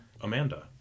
Amanda